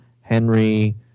Henry